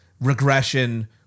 regression